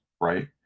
right